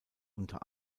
unter